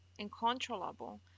uncontrollable